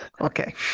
Okay